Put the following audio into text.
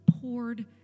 poured